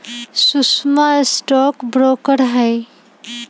सुषमवा stock broker हई